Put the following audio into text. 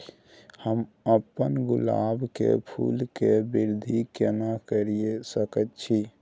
हम अपन गुलाब के फूल के वृद्धि केना करिये सकेत छी?